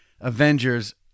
Avengers